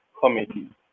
comedy